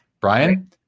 Brian